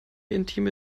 intime